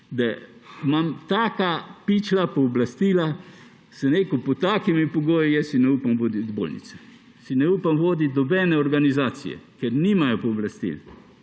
da imam taka pičla pooblastila, sem rekel – pod takimi pogoji si jaz ne upam voditi bolnice. Si ne upam voditi nobene organizacije, ker nimajo pooblastil.